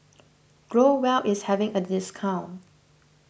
Growell is having a discount